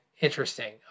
interesting